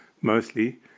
mostly